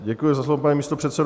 Děkuji za slovo, pane místopředsedo.